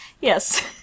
Yes